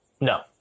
no